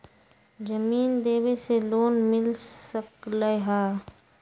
जमीन देवे से लोन मिल सकलइ ह?